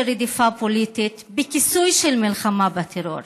רדיפה פוליטית בכיסוי של מלחמה בטרור.